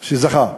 שזכה.